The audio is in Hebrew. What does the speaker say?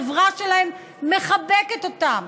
החברה שלהם מחבקת אותם,